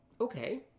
Okay